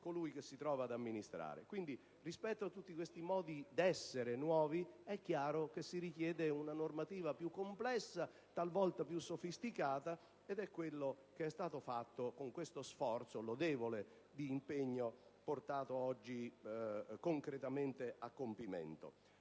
colui che si trova ad amministrare. Pertanto, rispetto a tutti questi modi d'essere nuovi, è chiaro che si richiede una normativa più complessa, talvolta più sofisticata, ed è quello che è stato fatto con lo sforzo lodevole di impegno portato oggi concretamente a compimento.